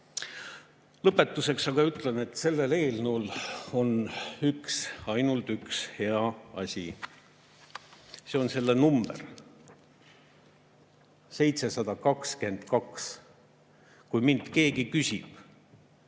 Lõpetuseks aga ütlen, et selles eelnõus on üks, ainult üks hea asi. See on selle number: 722. Kui minult keegi küsib,